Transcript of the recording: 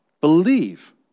Believe